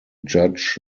judge